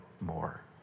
more